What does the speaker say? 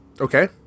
Okay